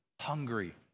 hungry